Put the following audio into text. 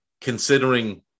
considering